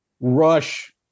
Rush